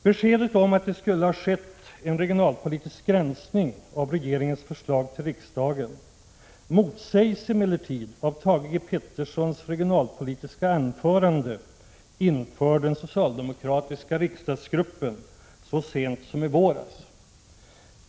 Beskedet om att det skulle ha skett en regionalpolitisk granskning av regeringens förslag till riksdagen motsägs emellertid av Thage G. Petersons regionalpolitiska anförande inför den socialdemokratiska riksdagsgruppen så sent som i våras.